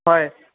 হয়